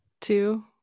Two